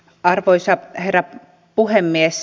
arvoisa herra puhemies